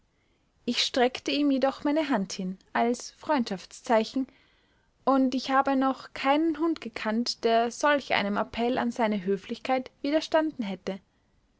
ich streckte ihm jedoch meine hand hin als freundschaftszeichen und ich habe noch keinen hund gekannt der solch einem appell an seine höflichkeit widerstanden hätte